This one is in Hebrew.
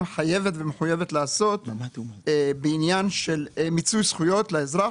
חייבת ומחויבת לעשות בעניין של מיצוי זכויות לאזרח.